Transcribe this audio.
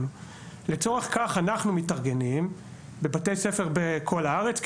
לצורך כך אנחנו מתארגנים בבתי הספר בכל הארץ,